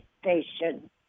Station